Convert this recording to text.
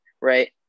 right